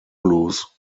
blues